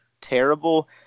terrible